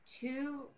two